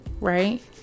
right